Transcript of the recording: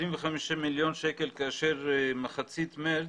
כאשר במחצית מארס,